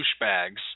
douchebags